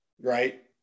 right